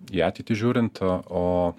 į ateitį žiūrint o